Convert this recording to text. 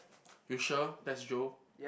you sure that's Joe